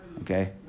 okay